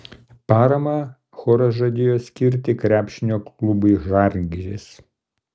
paramą choras žadėjo skirti krepšinio klubui žalgiris